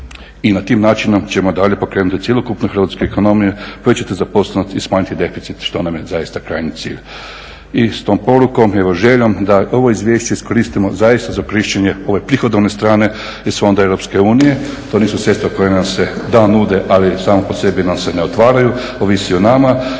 i na taj način ćemo dalje pokrenuti cjelokupnu hrvatsku ekonomiju … i smanjiti deficit što nam je zaista krajnji cilj. I s tom porukom, željom da ovo izvješće iskoristimo zaista za korištenje ove prihodovne strane … Europske unije, to nisu sredstva koja nam se da nude, ali sama po sebi nam se ne otvaraju, ovisi o nama,